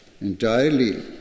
entirely